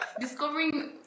Discovering